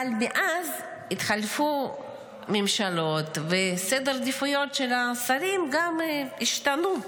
אבל מאז התחלפו ממשלות וסדר העדיפויות של השרים גם השתנה.